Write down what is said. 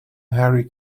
harry